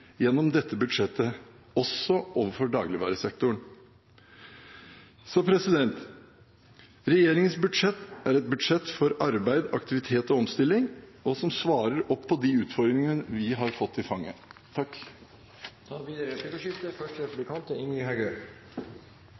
gjennom dette budsjettet, også overfor dagligvaresektoren. Regjeringens budsjett er et budsjett for arbeid, aktivitet og omstilling, som svarer opp på de utfordringene vi har fått i fanget. Det blir replikkordskifte.